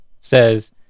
says